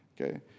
Okay